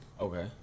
Okay